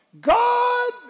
God